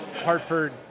Hartford